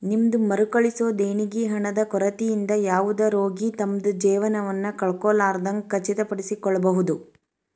ನಿಮ್ದ್ ಮರುಕಳಿಸೊ ದೇಣಿಗಿ ಹಣದ ಕೊರತಿಯಿಂದ ಯಾವುದ ರೋಗಿ ತಮ್ದ್ ಜೇವನವನ್ನ ಕಳ್ಕೊಲಾರ್ದಂಗ್ ಖಚಿತಪಡಿಸಿಕೊಳ್ಬಹುದ್